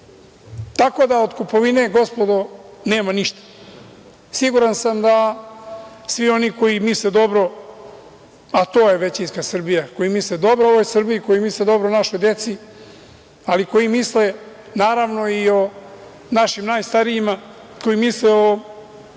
Tako da, od kupovine, gospodo, nema ništa. Siguran sam da svi oni koji misle dobro, a to je većinska Srbija, koji misle dobro ovoj Srbiji, koji misle dobro našoj deci, ali koji misle naravno i o našim najstarijima, koji misle o